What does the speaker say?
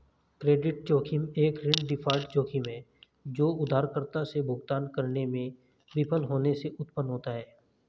credit जोखिम एक ऋण डिफ़ॉल्ट जोखिम है जो उधारकर्ता से भुगतान करने में विफल होने से उत्पन्न होता है